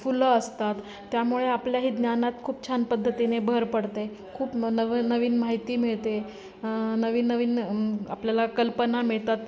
फुलं असतात त्यामुळे आपल्याही ज्ञानात खूप छान पद्धतीने भर पडते खूप नवनवीन माहिती मिळते नवीन नवीन आपल्याला कल्पना मिळतात